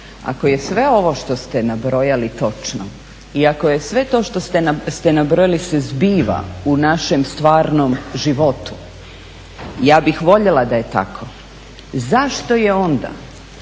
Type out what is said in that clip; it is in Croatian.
ako je sve ovo što ste nabrojali točno i ako je sve to što ste nabrojali se zbiva u našem stvarnom životu, ja bih voljela da je tako, zašto je onda